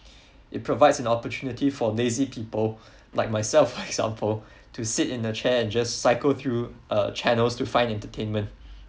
it provides an opportunity for lazy people like myself example to sit in a chair and just cycle through a channel to find entertainment